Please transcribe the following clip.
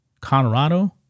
Colorado